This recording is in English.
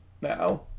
now